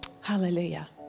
Hallelujah